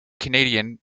canadian